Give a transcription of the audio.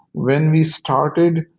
when we started,